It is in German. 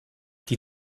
die